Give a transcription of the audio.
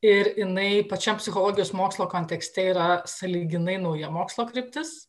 ir jinai pačiam psichologijos mokslo kontekste yra sąlyginai nauja mokslo kryptis